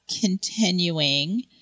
continuing